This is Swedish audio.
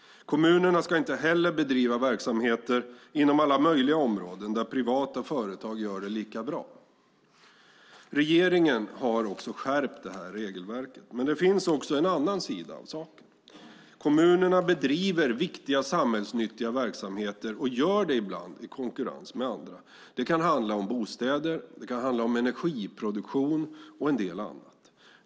Kommunerna ska inte heller bedriva verksamheter inom alla möjliga områden där privata företag gör det lika bra. Regeringen har skärpt regelverket. Men det finns också en annan sida av saken. Kommunerna bedriver viktiga samhällsnyttiga verksamheter, och gör det ibland i konkurrens med andra. Det kan handla om bostäder, det kan handla om energiproduktion och en del annat.